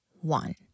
one